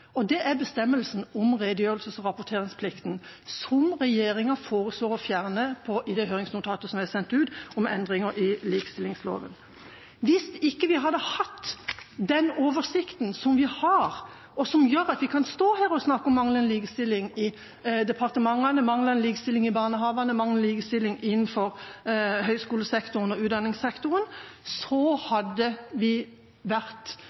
og det er bestemmelsen om redegjørelses- og rapporteringsplikten. Regjeringen foreslår å fjerne den, i det høringsnotatet som er sendt ut om endringer i likestillingsloven. Hvis ikke vi hadde hatt den oversikten som vi har, og som gjør at vi kan stå her og snakke om manglende likestilling i departementene, manglende likestilling i barnehagene, manglende likestilling innenfor høyskolesektoren og utdanningssektoren, så hadde vi vært